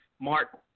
Mark